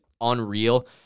unreal